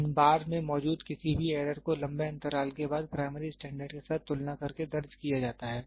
इन बार में मौजूद किसी भी एरर को लंबे अंतराल के बाद प्राइमरी स्टैंडर्ड के साथ तुलना करके दर्ज किया जाता है